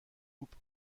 coupe